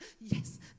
yes